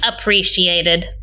appreciated